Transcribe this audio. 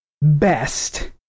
best